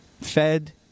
fed